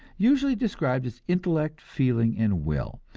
usually described as intellect, feeling and will.